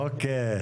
אוקי.